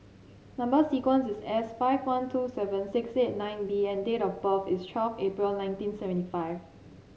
number sequence is S five one two seven six eight nine B and date of birth is twelve April nineteen seventy five